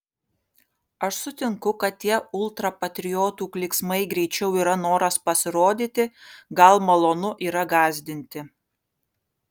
aš sutinku kad tie ultrapatriotų klyksmai greičiau yra noras pasirodyti gal malonu yra gąsdinti